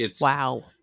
Wow